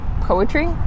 Poetry